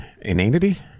Inanity